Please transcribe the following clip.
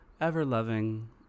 ever-loving